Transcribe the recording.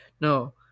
No